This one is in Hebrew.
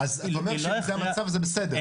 לא שינתה מצב זה בסדר,